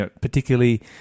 particularly